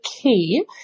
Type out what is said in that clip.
key